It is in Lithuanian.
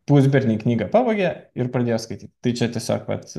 pusberniai knygą pavogė ir pradėjo skaityti tai čia tiesiog vat